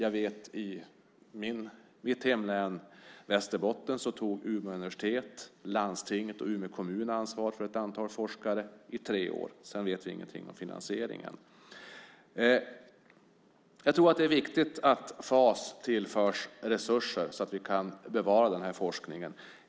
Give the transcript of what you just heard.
I mitt hemlän Västerbotten tog Umeå universitet, landstinget och Umeå kommun ansvar för ett antal forskare i tre år, sedan vet vi inget om finansieringen. Det är viktigt att Fas tillförs resurser så att vi kan bevara denna forskning.